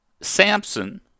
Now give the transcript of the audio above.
Samson